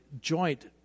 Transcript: joint